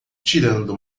tirando